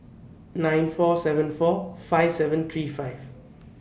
nine four seven four five seven three five